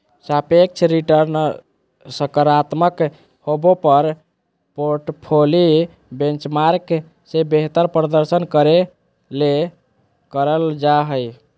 सापेक्ष रिटर्नसकारात्मक होबो पर पोर्टफोली बेंचमार्क से बेहतर प्रदर्शन करे ले करल जा हइ